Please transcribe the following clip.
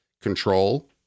Control